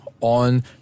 on